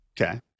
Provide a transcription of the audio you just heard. Okay